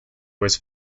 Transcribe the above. was